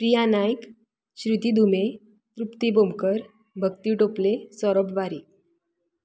प्रिया नायक श्रुती धुमे तृप्ती भोमकर भक्ती टोपले सौरब वारी